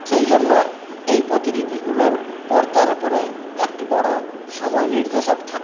সেই জন্য এই প্রতিলিপিগুলোর পর্দার উপরে একটি বড় সময় নির্দেশক থাকে